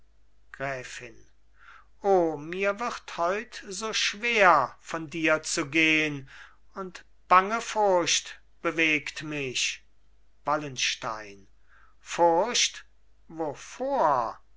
gräfin o mir wird heut so schwer von dir zu gehn und bange furcht bewegt mich wallenstein furcht wovor